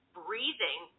breathing